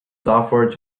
software